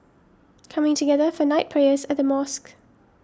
coming together for night prayers at the Mosque